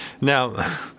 Now